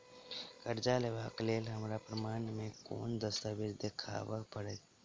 करजा लेबाक लेल हमरा प्रमाण मेँ कोन दस्तावेज देखाबऽ पड़तै?